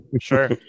Sure